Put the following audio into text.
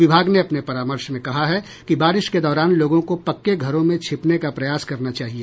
विभाग ने अपने परामर्श में कहा है कि बारिश के दौरान लोगों को पक्के घरों में छिपने का प्रयास करना चाहिए